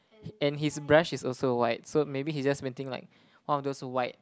and his brush is also white so maybe he just painting like one of those white